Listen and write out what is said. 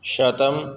शतम्